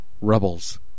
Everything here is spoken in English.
rebels